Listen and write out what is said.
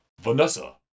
Vanessa